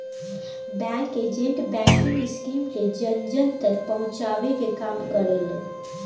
bank agent banking scheme के जन जन तक पहुंचावे के काम करेले